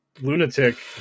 lunatic